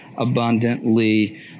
abundantly